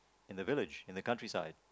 in the village in the country side